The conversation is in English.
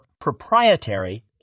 proprietary